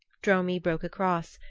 dromi broke across,